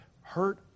hurt